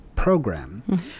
program